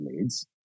leads